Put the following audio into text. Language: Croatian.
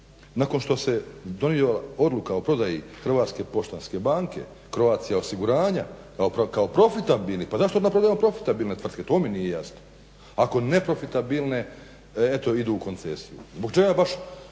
Nakon što se donijela odluka o prodaji Hrvatske poštanske banke, Croatia osiguranja kao profitabili, pa zašto onda prodajemo profitabilne tvrtke, to mi nije jasno. Ako neprofitabilne eto idu u koncesiju.